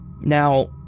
Now